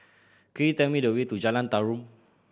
could you tell me the way to Jalan Tarum